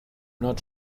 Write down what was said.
not